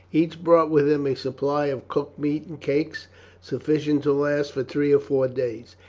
each brought with him a supply of cooked meat and cakes sufficient to last for three or four days.